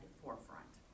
forefront